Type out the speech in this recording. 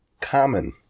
Common